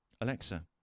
Alexa